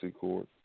court